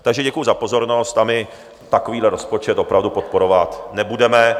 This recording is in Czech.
Takže děkuji za pozornost a my takovýhle rozpočet opravdu podporovat nebudeme.